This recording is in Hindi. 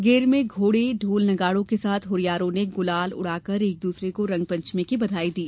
गेर में घोड़े ढोल नगाड़ों के साथ हुरियारों ने गुलाल उड़ाकर एक दूसरे को रंगपंचमी की बधाई दी